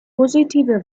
positive